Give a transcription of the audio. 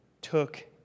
took